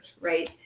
right